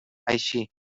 així